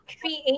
create